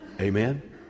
Amen